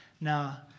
Now